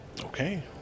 Okay